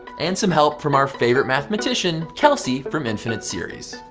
and some help from our favorite mathematician kelsey, from infinite series.